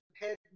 head